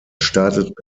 startet